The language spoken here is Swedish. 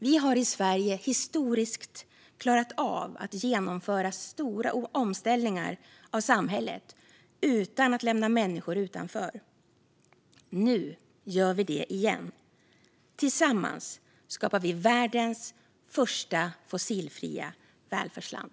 Vi har i Sverige historiskt klarat av att genomföra stora omställningar av samhället utan att lämna människor utanför. Nu gör vi det igen. Tillsammans skapar vi världens första fossilfria välfärdsland.